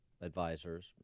advisors